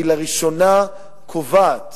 היא לראשונה קובעת